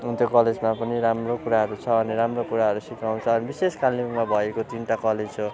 त्यो कलेजमा पनि राम्रो कुराहरू छ राम्रो कुराहरू सिकाउँछ विशेष कालिम्पोङमा भएको तिनवटा कलेज हो